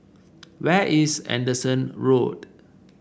where is Anderson Road